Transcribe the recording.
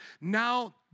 Now